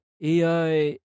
AI